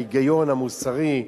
ההיגיון המוסרי,